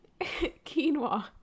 Quinoa